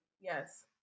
Yes